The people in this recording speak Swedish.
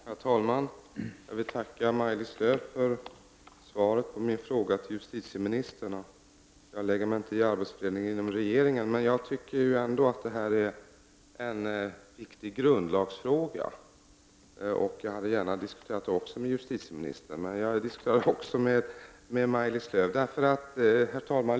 Herr talman! Jag vill tacka Maj-Lis Lööw för svaret på min fråga till justitieministern. Jag lägger mig inte i arbetsfördelningen i regeringen, men jag tycker ändå att det här är en viktig grunlagsfråga som jag gärna hade diskuterat också med justitieministern, inte bara med Maj-Lis Lööw.